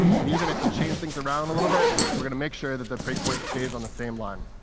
and even if you change things around a little bit, we make sure that the breakpoint stays on the same line.